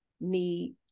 need